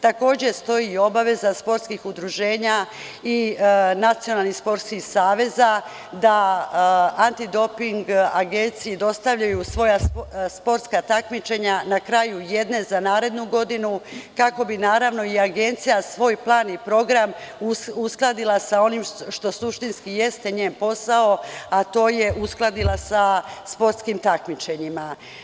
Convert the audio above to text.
Takođe stoji i obaveza sportskih udruženja i nacionalnih sportskih saveza da Antidoping agenciji dostavljaju svoja sportska takmičenja na kraju jedne za narednu godinu, kako bi naravno i Agencija svoj plan i program uskladila sa onim što suštinski jeste njen posao a to je uskladila sa sportskim takmičenjima.